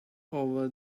over